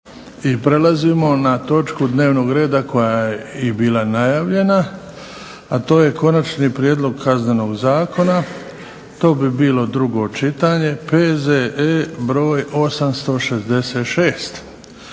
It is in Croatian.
i prelazimo na točku dnevnog reda koja je bila najavljena, a to je - Konačni prijedlog Kaznenog zakona, drugo čitanje, P.Z.E. br. 866